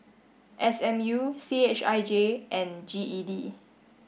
S M U C H I J and G E D